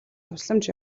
тусламж